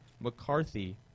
McCarthy